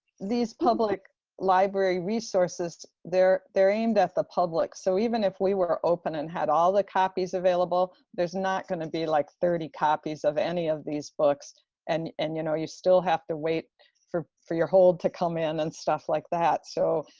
these public library resources they're they're aimed at the public. so even if we were open and had all the copies available, there's not going to be like thirty copies of any of these books and and you know, you still have to wait for for your hold to come in and stuff like that. so,